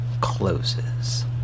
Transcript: closes